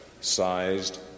sized